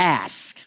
ask